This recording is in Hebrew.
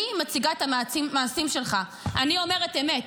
אני מציגה את המעשים שלך, אני אומרת אמת.